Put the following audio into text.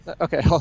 Okay